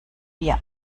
wir